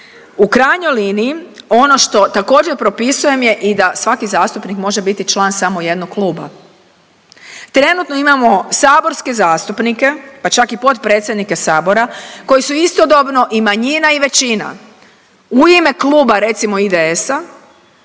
U krajnjoj liniji, ono što također, propisujem je i da svaki zastupnik može biti član samo jednog kluba. Trenutno imamo saborske zastupnike, pa čak i potpredsjednike Sabora, koji su istodobno i manjina i većina. U ime kluba, recimo, IDS-a,